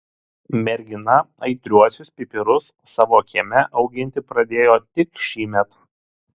mergina aitriuosius pipirus savo kieme auginti pradėjo tik šįmet